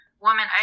woman